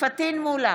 פטין מולא,